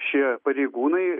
šie pareigūnai